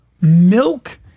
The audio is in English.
milk